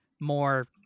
more